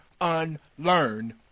unlearned